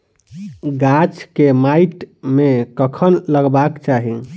गाछ केँ माइट मे कखन लगबाक चाहि?